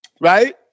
right